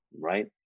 right